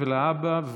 זה להבא,